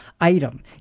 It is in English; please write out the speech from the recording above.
item